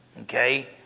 Okay